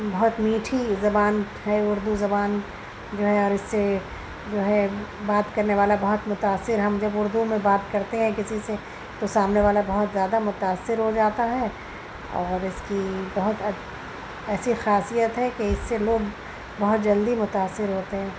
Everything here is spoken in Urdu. بہت میٹھی زبان ہے اردو زبان جو ہے اور اس سے جو ہے بات کرنے والا بہت متاثر ہم جب اردو میں بات کرتے ہیں کسی سے تو سامنے والا بہت زیادہ متاثر ہو جاتا ہے اور اس کی بہت ایسی خاصیت ہے کہ اس سے لوگ بہت جلدی متاثر ہوتے ہیں